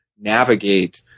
navigate